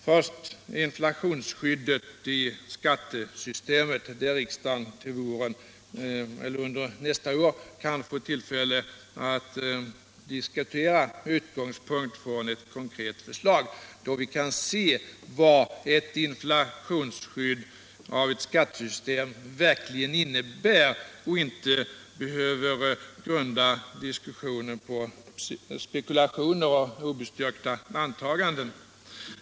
Först inflationsskyddet i skattesystemet, som riksdagen under nästa år kan få tillfälle att diskutera med utgångspunkt i ett konkret förslag. Då kan vi se vad ett inflationsskydd i skattesystemet verkligen innebär och behöver inte grunda diskussionen på spekulationer och obestyrkta antaganden.